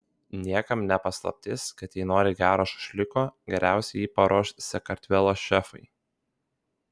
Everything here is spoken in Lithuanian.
niekam ne paslaptis kad jei nori gero šašlyko geriausiai jį paruoš sakartvelo šefai